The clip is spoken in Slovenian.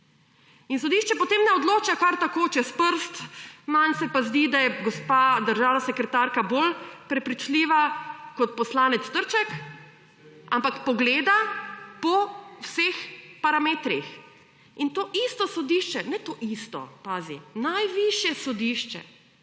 in sodišče potem ne odloča kar tako, čez prst, nam se pa zdi, da je gospa državna sekretarka bolj prepričljiva, kot poslanec Trček, ampak pogleda po vseh parametrih in to isto sodišče, ne to isto, pazi, najvišje sodišče,